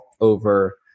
over